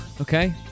Okay